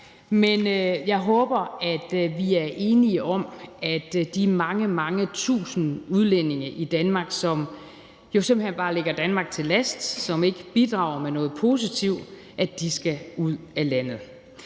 men jeg håber, at vi er enige om, at de mange, mange tusind udlændinge i Danmark, som simpelt hen bare ligger Danmark til last, og som ikke bidrager med noget positivt, skal ud af landet.